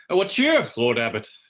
but what cheer, lord abbot?